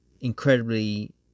incredibly